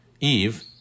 Eve